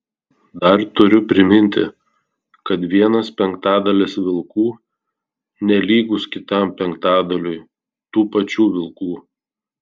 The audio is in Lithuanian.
dar turiu priminti kad vienas penktadalis vilkų nelygus kitam penktadaliui tų pačių vilkų